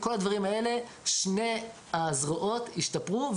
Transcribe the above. כל הדברים האלה שתי הזרועות השתפרו,